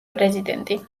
პრეზიდენტი